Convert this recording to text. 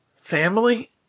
family